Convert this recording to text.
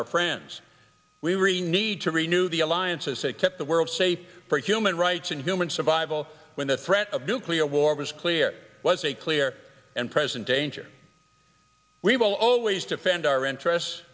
our friends we really need to renew the alliances that kept the world safe for human rights and human survival when the threat of nuclear war was clear was a clear and present danger we will always defend our interests